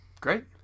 Great